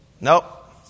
Nope